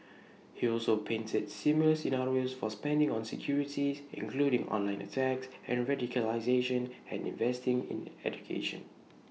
he also painted similar scenarios for spending on security including online attacks and radicalisation and investing in education